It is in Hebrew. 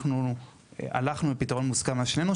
אנחנו הלכנו לפתרון מוסכם על שנינו,